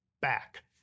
back